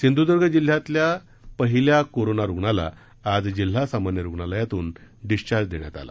सिद्युद्धर्ग जिल्ह्यातील पहिल्या कोरोना रुग्णाला आज जिल्हा सामान्य रुग्णालयातून डिस्चार्ज देण्यात आला